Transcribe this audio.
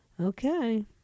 Okay